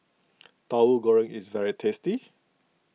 Tahu Goreng is very tasty